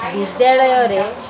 ବିଦ୍ୟାଳୟରେ